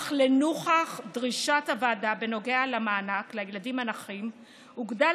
אך לנוכח דרישת הוועדה בנוגע למענק לילדים הנכים הוגדל